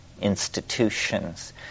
institutions